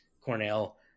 Cornell